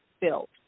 built